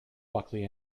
buckley